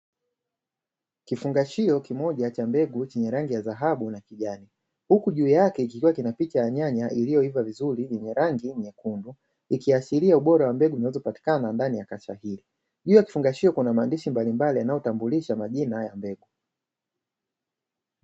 Kifungashio kimoja cha mbegu chenye rangi ya dhahabu na kijani, huku juu yake kikiwa kina picha ya nyanya iliyoiva vizuri yenye rangi nyekundu, ikiashiria ubora wa mbegu zinazopatikana ndani ya kasha hili. Juu ya kifungashio kuna maandishi mbalimbali yanayotambulisha majina ya mbegu.